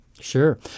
Sure